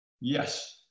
yes